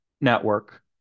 network